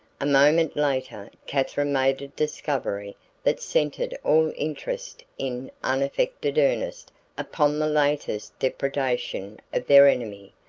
a moment later katherine made a discovery that centered all interest in unaffected earnest upon the latest depredation of their enemy,